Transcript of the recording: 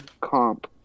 comp